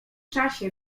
czasie